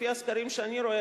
לפי הסקרים שאני רואה,